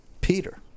Peter